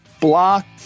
Blocked